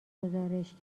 گزارش